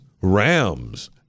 rams